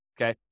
okay